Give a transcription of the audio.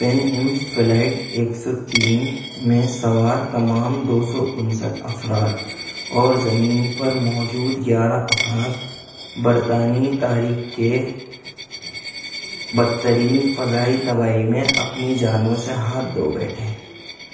pain Am flight ایک سو تین میں سوار تمام دو سو انسٹھ افراد اور زمین پر موجود گیارہ افراد برطانوی تاریخ کے بدترین فضائی تباہی میں اپنی جانوں سے ہاتھ دھو بیٹھے